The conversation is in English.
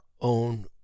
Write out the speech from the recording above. own